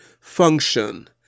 function